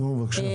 המפעלים.